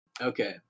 Okay